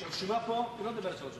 הרשימה פה לא תסתיים עד 15:30,